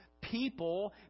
People